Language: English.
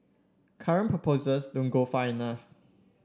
current proposals don't go far enough